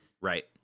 Right